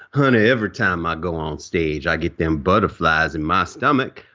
honey every time i go on stage i get them butterflies in my stomach.